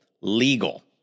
legal